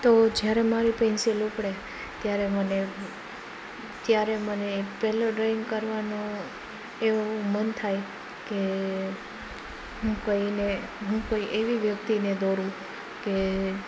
તો જ્યારે મારી પેન્સિલ ઉપડે ત્યારે મને ત્યારે મને એક પહેલું ડ્રોઈંગ કરવાનો એવો મન થાય કે હું કોઈને હું કોઈ એવી વ્યક્તિને દોરું કે